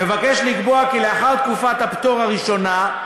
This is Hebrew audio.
מבקשת לקבוע כי לאחר תקופת הפטור הראשונה,